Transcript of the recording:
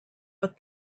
but